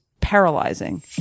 paralyzing